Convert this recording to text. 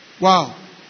Wow